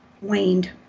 waned